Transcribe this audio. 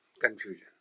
Confusion